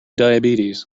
diabetes